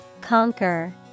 Conquer